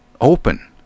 open